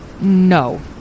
No